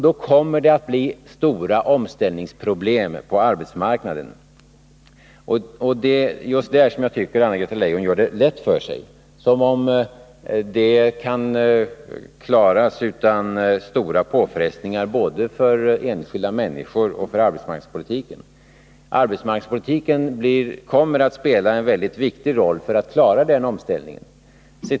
Det kommer att medföra stora omställningsproblem på arbetsmarknaden. Det är just här som jag tycker att Anna-Greta Leijon gör det lätt för sig. Det verkar som om hon tror att dessa problem kan klaras av utan påfrestningar vare sig för enskilda människor eller för arbetsmarknadspolitiken. Arbetsmarknadspolitiken måste få spela en mycket viktig roll om vi skall kunna klara denna omställning.